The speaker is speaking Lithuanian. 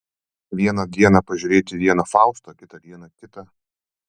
vieną dieną pažiūrėti vieną faustą kitą dieną kitą